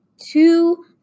two